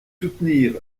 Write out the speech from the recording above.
soutenir